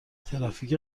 ترافیک